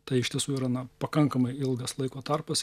tai iš tiesų yra na pakankamai ilgas laiko tarpas